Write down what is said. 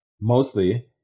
Mostly